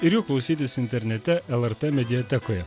ir jų klausytis internete lrt mediatekoje